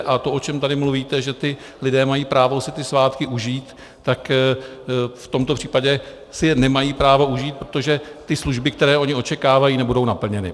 A to, o čem tady mluvíte, že ti lidé mají právo si ty svátky užít, tak v tomto případě si je nemají právo užít, protože ty služby, které oni očekávají, nebudou naplněny.